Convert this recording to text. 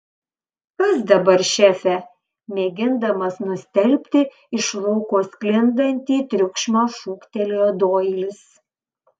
kas dabar šefe mėgindamas nustelbti iš lauko sklindantį triukšmą šūktelėjo doilis